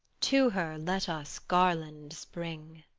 to her let us garlands bring.